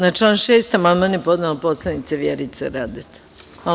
Na član 6. amandman je podnela poslanica Vjerica Radeta.